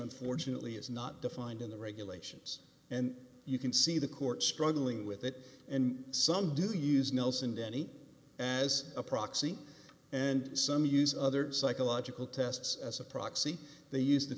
unfortunately is not defined in the regulations and you can see the court struggling with that and some do use nelson denny as a proxy and some use other psychological tests as a proxy they use the